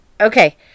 Okay